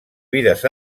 vides